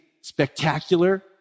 spectacular